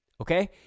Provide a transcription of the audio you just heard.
okay